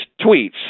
tweets